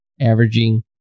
averaging